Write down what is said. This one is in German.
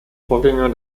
vorgänger